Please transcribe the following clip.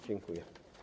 Dziękuję.